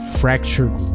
fractured